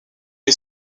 est